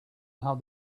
have